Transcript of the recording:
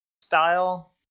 style